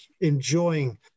enjoying